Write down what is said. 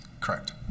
Correct